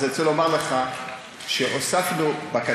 אז אני רוצה לומר לך שהוספנו בקדנציה